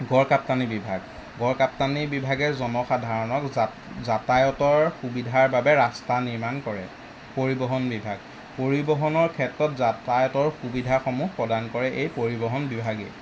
গড়কাপ্তানি বিভাগ গড়কাপ্তানি বিভাগে জনসাধাৰণক যাতা যাতায়তৰ সুবিধাৰ বাবে ৰাস্তা নিৰ্মাণ কৰে পৰিবহণ বিভাগ পৰিবহনৰ ক্ষেত্ৰত যাতায়তৰ সুবিধাসমূহ প্ৰদান কৰে এই পৰিবহণ বিভাগে